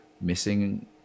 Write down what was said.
missing